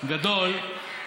גדול,